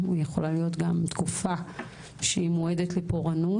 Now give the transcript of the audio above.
אבל זו יכולה להיות גם תקופה מועדת לפורענות.